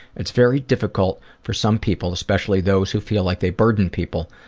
it's very difficult for some people, especially those who feel like they burden people,